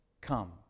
come